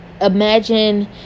imagine